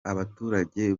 abaturage